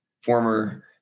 former